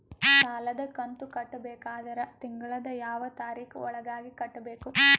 ಸಾಲದ ಕಂತು ಕಟ್ಟಬೇಕಾದರ ತಿಂಗಳದ ಯಾವ ತಾರೀಖ ಒಳಗಾಗಿ ಕಟ್ಟಬೇಕು?